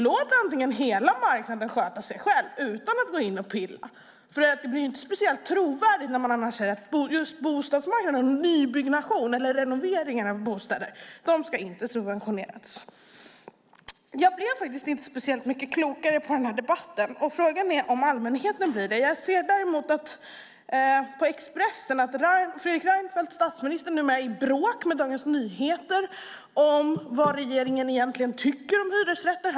Låt hellre hela marknaden sköta sig själv utan att gå in och pilla, för det blir inte speciellt trovärdigt när man annars säger att just bostadsmarknaden och nybyggnation eller renovering inte ska subventioneras. Jag blev faktiskt inte speciellt mycket klokare av den här debatten. Frågan är om allmänheten blir det. Jag ser i Expressen att statsminister Fredrik Reinfeldt numera är i bråk med Dagens Nyheter om vad regeringen egentligen tycker om hyresrätter.